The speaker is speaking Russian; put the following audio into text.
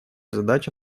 задача